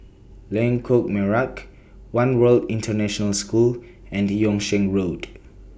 Lengkok Merak one World International School and Yung Sheng Road